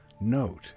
note